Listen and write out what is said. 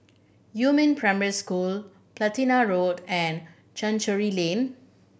Yumin Primary School Platina Road and Chancery Lane